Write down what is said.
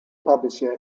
publisher